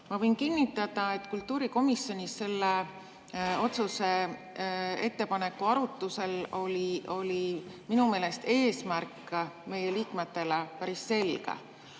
Ma võin kinnitada, et kultuurikomisjonis selle otsuse, ettepaneku arutusel oli minu meelest eesmärk meie liikmetele päris selge.